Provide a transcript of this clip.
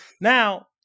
Now